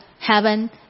heaven